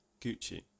Gucci